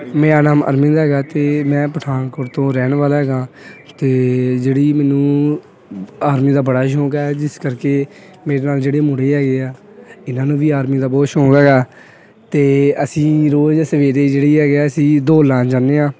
ਮੇਰਾ ਨਾਮ ਅਰਵਿੰਦ ਹੈਗਾ ਅਤੇ ਮੈਂ ਪਠਾਨਕੋਟ ਤੋਂ ਰਹਿਣ ਵਾਲਾ ਹੈਗਾ ਅਤੇ ਜਿਹੜੀ ਮੈਨੂੰ ਆਰਮੀ ਦਾ ਬੜਾ ਹੀ ਸ਼ੌਂਕ ਹੈ ਜਿਸ ਕਰਕੇ ਮੇਰੇ ਨਾਲ ਜਿਹੜੇ ਮੁੰਡੇ ਹੈਗੇ ਹੈ ਇਨ੍ਹਾਂ ਨੂੰ ਵੀ ਆਰਮੀ ਦਾ ਬਹੁਤ ਸ਼ੌਂਕ ਹੈਗਾ ਅਤੇ ਅਸੀਂ ਰੋਜ਼ ਸਵੇਰੇ ਜਿਹੜੇ ਹੈਗੇ ਹੈ ਅਸੀਂ ਦੌੜ ਲਗਾਉਣ ਜਾਂਦੇ ਹਾਂ